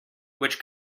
which